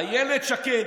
אילת שקד,